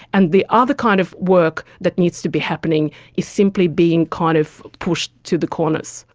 and the other kind of work that needs to be happening is simply being kind of pushed to the corners.